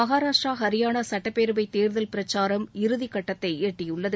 மகாராஷ்ட்ரா ஹரியானா சட்டப்பேரவை தேர்தல் பிரச்சாரம் இறுதிகட்டத்தை எட்டியுள்ளது